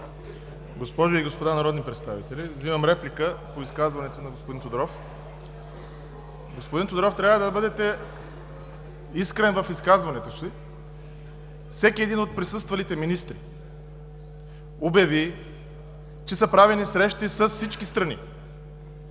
госпожи и господа народни представители! Взимам реплика по изказването на господин Тодоров. Господин Тодоров, трябва да бъдете искрен в изказването си. Всеки един от присъствалите министри обяви, че са правени срещи с всички страни.